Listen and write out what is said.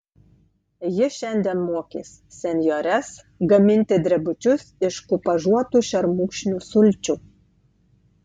ji šiandien mokys senjores gaminti drebučius iš kupažuotų šermukšnių sulčių